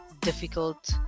difficult